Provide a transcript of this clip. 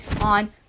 on